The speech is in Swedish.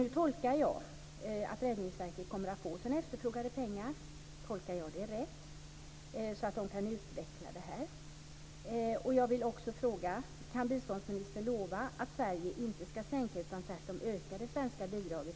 Jag tolkar det så att Räddningsverket kommer att få sina efterfrågade pengar så att det kan utveckla detta. Är det rätt tolkat?